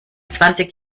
zwanzig